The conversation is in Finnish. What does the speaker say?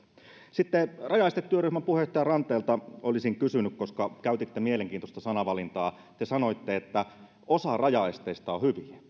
sitten rajaestetyöryhmän puheenjohtaja ranteelta olisin kysynyt koska käytitte mielenkiintoista sanavalintaa te sanoitte että osa rajaesteistä on hyviä